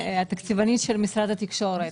אני התקציבנית של משרד התקשורת.